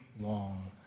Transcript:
long